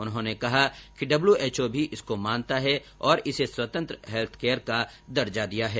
उन्होंने कहा कि डब्ल्यू एच ओ भी इसको मानता है इसे स्वतंत्र हेल्थकैयर का दर्जा दिया है